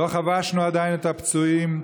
לא חבשנו עדיין את הפצועים,